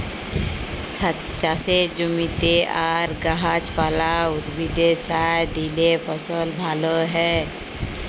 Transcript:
চাষের জমিতে আর গাহাচ পালা, উদ্ভিদে সার দিইলে ফসল ভাল হ্যয়